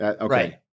Right